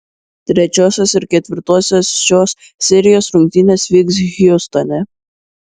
trečiosios ir ketvirtosios šios serijos rungtynės vyks hjustone